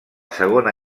segona